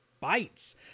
bites